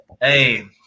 hey